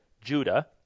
Judah